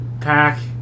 pack